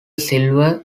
silver